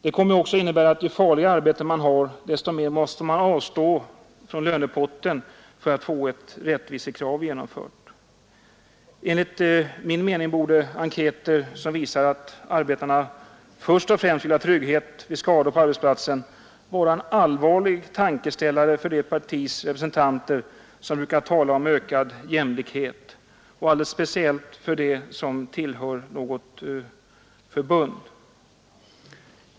Det kommer dessutom att innebära att ju farligare arbete man har, desto mer måste man avstå från lönepotten för att detta rättvisekrav skall genomföras. Enligt min mening borde enkäter som visar att arbetarna först och främst vill ha trygghet vid skador på arbetsplatsen vara en allvarlig tankeställare för det partis representanter som brukar tala om ökad jämlikhet, och alldeles speciellt för dem som tillhör något LO-förbund.